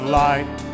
light